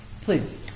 Please